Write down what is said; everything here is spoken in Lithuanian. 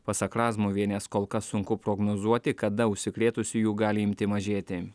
pasak razmuvienės kol kas sunku prognozuoti kada užsikrėtusiųjų gali imti mažėti